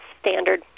standard